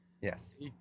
Yes